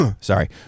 sorry